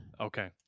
Okay